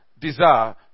desire